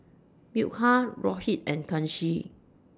Milkha Rohit and Kanshi